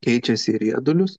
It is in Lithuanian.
keičiasi į riedulius